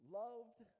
loved